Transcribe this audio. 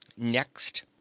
Next